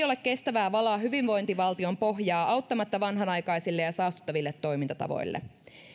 ole kestävää valaa hyvinvointivaltion pohjaa auttamatta vanhanaikaisille ja saastuttaville toimintatavoille